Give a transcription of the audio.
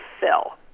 fill